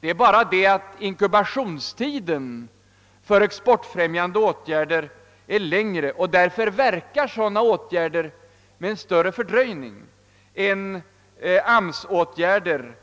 Det är bara det att inkubationstiden för exportfrämjande åtgärder är längre, och därför verkar sådana med en större fördröjning än AMS-åtgärder.